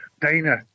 Dana